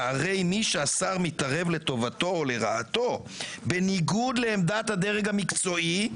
שהרי מי שהשר מתערב לטובתו או לרעתו בניגוד לעמדת הדרג המקצועי,